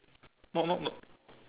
not not not